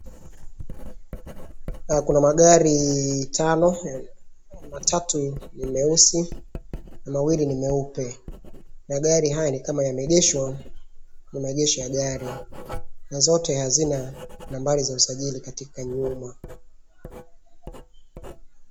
Kuna magari tano, tatu ni meusi na mawili ni meupe, magari haya ni kama yameegeshwa kwenye maegesho ya gari na zote hazina nambari za usajili katika nyuma na zote hazina nambari za usajili katika nyuma.